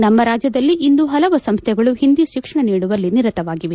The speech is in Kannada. ನಮ್ಮ ರಾಜ್ಯದಲ್ಲ ಇಂದು ಹಲವು ಸಂಸ್ಥೆಗಳು ಹಿಂದಿ ಶಿಕ್ಷಣ ನೀಡುವಲ್ಲ ನಿರತವಾಗಿವೆ